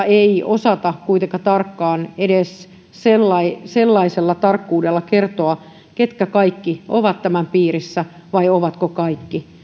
ei osata kuitenkaan tarkkaan edes sellaisella tarkkuudella kertoa ketkä kaikki ovat tämän piirissä vai ovatko kaikki